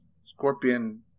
Scorpion